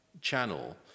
channel